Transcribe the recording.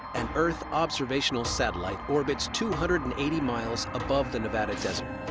an earth observational satellite orbits two hundred and eighty miles above the nevada desert.